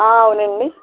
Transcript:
అవునండి